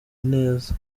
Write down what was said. neza